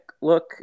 look